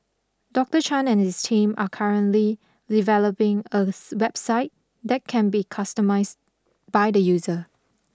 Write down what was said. Doctor Chan and his team are currently developing a website that can be customised by the user